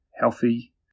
healthy